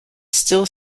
still